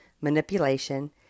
manipulation